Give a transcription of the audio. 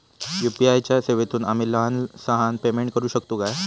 UPI च्या सेवेतून आम्ही लहान सहान पेमेंट करू शकतू काय?